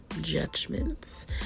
judgments